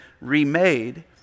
remade